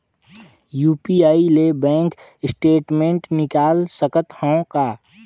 UPI ले bank statement निकाल सकत हवं का?